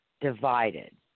divided